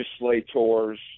legislators